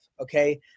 Okay